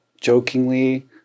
jokingly